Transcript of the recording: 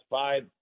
five